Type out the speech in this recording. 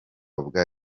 bwa